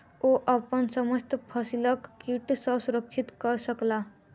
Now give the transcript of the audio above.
ओ अपन समस्त फसिलक कीट सॅ सुरक्षित कय सकला